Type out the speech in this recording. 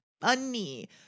funny